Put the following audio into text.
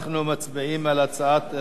בבקשה, אנחנו מצביעים על הצעת חוק,